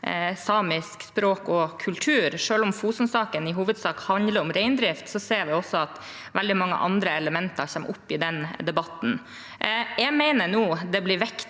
samisk språk og kultur. Selv om Fosen-saken i hovedsak handler om reindrift, ser vi at veldig mange andre elementer kommer opp i den debatten. Jeg mener det nå blir viktig